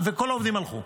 כל העובדים הלכו.